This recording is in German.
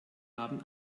haben